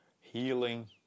Healing